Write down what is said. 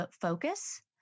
focus